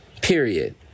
Period